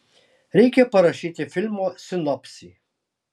reikia parašyti filmo sinopsį